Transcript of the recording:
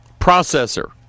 processor